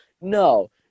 No